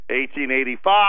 1885